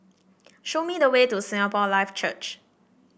show me the way to Singapore Life Church